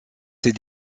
ces